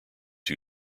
two